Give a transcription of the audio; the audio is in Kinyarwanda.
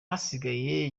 hasigaye